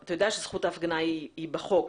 אתה יודע שזכות ההפגנה היא בחוק.